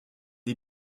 est